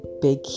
big